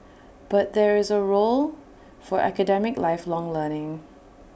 but there is A role for academic lifelong learning